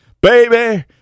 baby